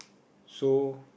so